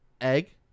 egg